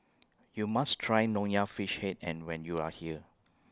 YOU must Try Nonya Fish Head and when YOU Are here